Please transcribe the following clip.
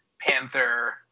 Panther